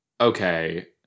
Okay